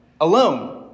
alone